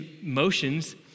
motions